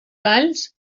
valls